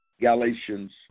Galatians